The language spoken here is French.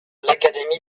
l’académie